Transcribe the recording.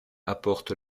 apporte